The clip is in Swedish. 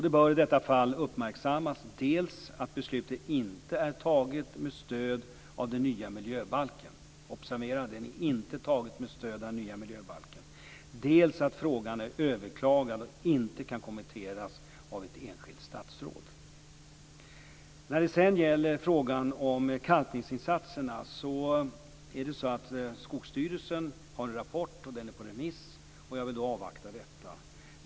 Det bör i detta fall uppmärksammas att beslutet inte är taget med stöd av den nya miljöbalken. Observera det, den är inte tagen med stöd av den nya miljöbalken. Dessutom är frågan överklagad och kan inte kommenteras av ett enskilt statsråd. När det sedan gäller frågan om kalkningsinsatserna har Skogsstyrelsen skrivit en rapport. Den är på remiss, och jag vill avvakta detta.